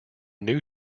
new